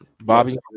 Bobby